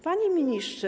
Panie Ministrze!